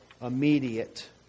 immediate